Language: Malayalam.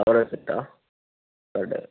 ഒരാൾ വെച്ചിട്ടാ പെർ ഡേ